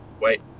Wait